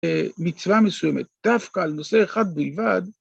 מצווה מסוימת, דווקא על נושא אחד בלבד